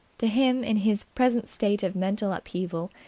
to him, in his present state of mental upheaval,